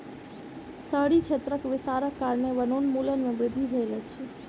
शहरी क्षेत्रक विस्तारक कारणेँ वनोन्मूलन में वृद्धि भेल अछि